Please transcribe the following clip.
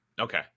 Okay